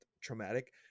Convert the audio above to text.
traumatic